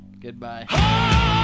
Goodbye